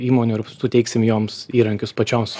įmonių ir suteiksim joms įrankius pačioms